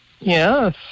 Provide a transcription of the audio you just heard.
yes